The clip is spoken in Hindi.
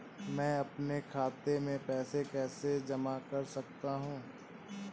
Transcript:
मैं अपने खाते में पैसे कैसे जमा कर सकता हूँ?